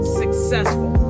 successful